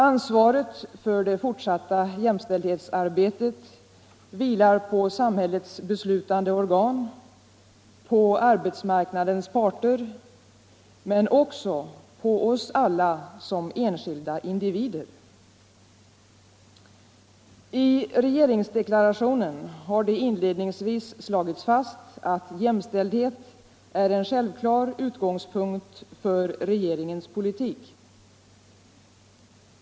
Ansvaret för det fortsatta jämställdhetsarbetet vilar på samhillets beslutande organ, på arbetsmarknadens parter men också på oss alla som enskilda individer. I regeringsdeklarationen har det inledningsvis slagits fast att ”Jämställdhet mellan kvinnor och män är en självklar utgångspunkt för regeringens politik”.